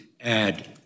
add